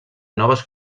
noves